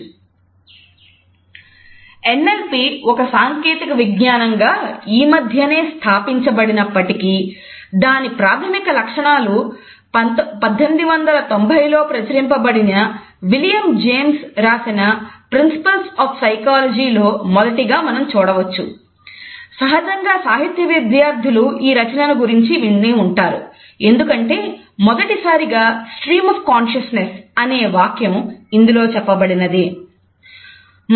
NLP ఒక సాంకేతిక విజ్ఞానంగా ఈ మధ్యనే స్థాపించబడినప్పటికీ దాని ప్రాథమిక లక్షణాలు 1890 లో ప్రచురింపబడిన విలియం జేమ్స్ అనే వాక్యం ఇందులో చెప్పబడినదే